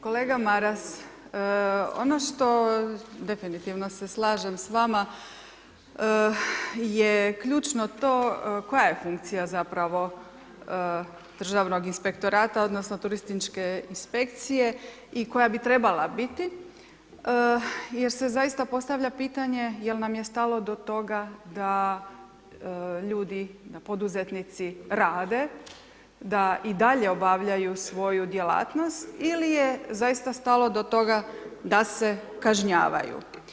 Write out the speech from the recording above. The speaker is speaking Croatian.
Kolega Maras, ono što definitivno se slažem s vama je ključno to koja je funkcija zapravo Državnog inspektorata, odnosno turističke inspekcije i koja bi trebala biti jer se zaista postavlja pitanje je li nam stalo do toga da ljudi, da poduzetnici rade, da i dalje obavljaju svoju djelatnost ili je zaista stalo do toga da se kažnjavaju.